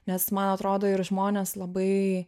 nes man atrodo ir žmonės labai